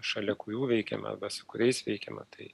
šalia kurių veikiame arba su kuriais veikiame tai